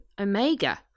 Omega